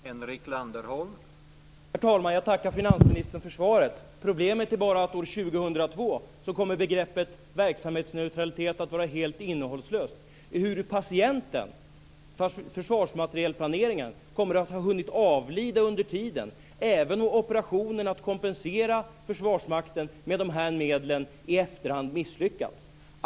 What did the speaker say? Herr talman! Jag tackar finansministern för svaret. Problemet är bara att år 2002 kommer begreppet verksamhetsneutralitet att vara helt innehållslöst, eftersom patienten - försvarsmaterielsplaneringen - kommer att ha hunnit avlida under tiden och operationen att kompensera Försvarsmakten med de här medlen i efterhand kommer att ha misslyckats.